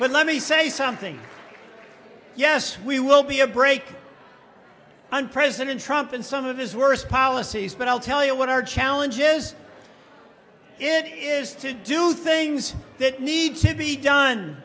but let me say something yes we will be a break on president trump and some of his worst policies but i'll tell you what our challenge is it is to do things that need to be done